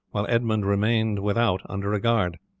while edmund remained without under a guard.